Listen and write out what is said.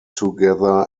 together